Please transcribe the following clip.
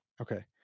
Okay